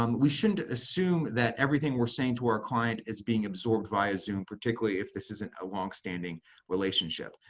um we shouldn't assume that everything we're saying to our client is being absorbed via zoom, particularly if this isn't a longstanding relationship.